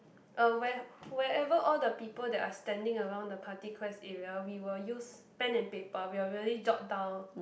uh where wherever all the people that are standing around the party quest area we will use pen and paper we will really jot down